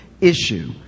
issue